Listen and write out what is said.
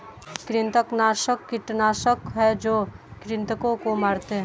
कृंतकनाशक कीटनाशक हैं जो कृन्तकों को मारते हैं